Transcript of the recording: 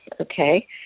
okay